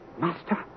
Master